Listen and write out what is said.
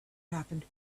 happened